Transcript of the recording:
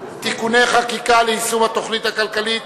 (תיקוני חקיקה ליישום התוכנית הכלכלית